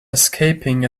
escaping